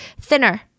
Thinner